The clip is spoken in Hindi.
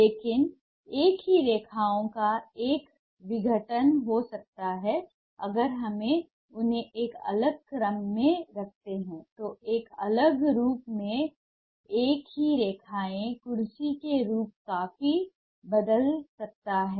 लेकिन एक ही रेखाओं का एक विघटन हो सकता है अगर हम उन्हें एक अलग क्रम में रखते हैं तो एक अलग रूप में एक ही रेखाएं कुर्सी का रूप काफी बदल सकता है